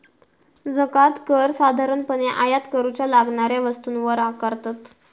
जकांत कर साधारणपणे आयात करूच्या लागणाऱ्या वस्तूंवर आकारतत